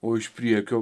o iš priekio